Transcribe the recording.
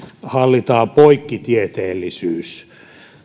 hallitaan poikkitieteellisyys